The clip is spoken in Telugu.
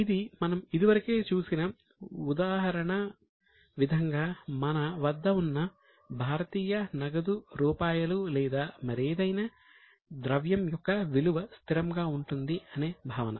ఇది మనం ఇది వరకే చూసినా ఉదాహరణ విధంగా మన వద్ద ఉన్న భారతీయ నగదు రూపాయలు లేదా మరేదైన ద్రవ్యం యొక్క విలువ స్థిరంగా ఉంటుంది అనే భావన